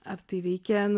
ar tai veikia